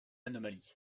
anomalie